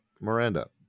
Miranda